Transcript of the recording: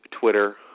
Twitter